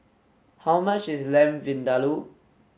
how much is Lamb Vindaloo